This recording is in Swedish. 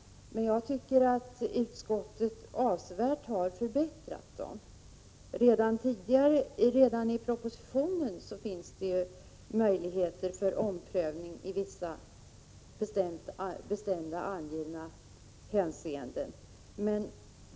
Jag tycker dock att utskottet avsevärt har förbättrat dem. Redan i propositionen ges möjligheter till omprövning i vissa bestämda angivna hänseenden.